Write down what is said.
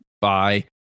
bye